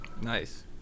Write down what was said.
nice